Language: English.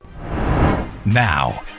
Now